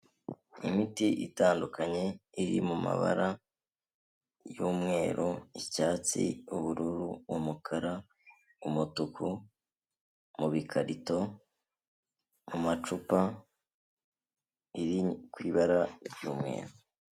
Imiti itandukanye iri mu mabara y'umweru, icyatsi, ubururu, umukara, umutuku, mu bikarito, mu macupa, iri ku ibara ry'umweru.